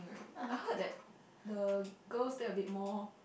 right I heard that the girls there a bit more